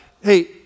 Hey